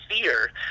fear